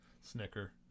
snicker